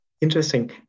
Interesting